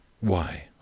Why